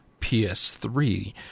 PS3